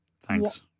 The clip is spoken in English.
Thanks